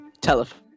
Telephone